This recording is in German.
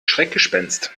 schreckgespenst